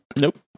Nope